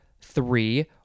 three